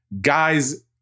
guys